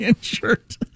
shirt